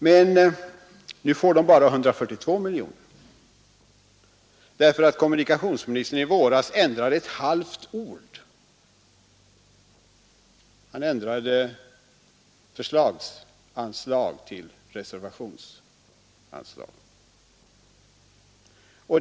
Nu får de emellertid bara 142 miljoner kronor därför att kommunikationsministern i våras ändrade ett halvt ord — han ändrade ordet ”förslagsanslag” till ordet ”reservationsanslag”.